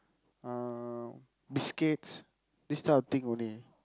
uh biscuits this type of thing only